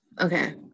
okay